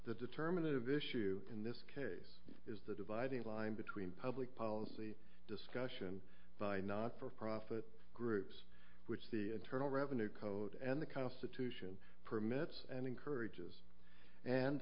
the determinative issue in this case is the dividing line between public policy discussion by not for profit groups which the internal revenue code and the constitution permits and encourages